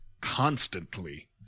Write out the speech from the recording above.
constantly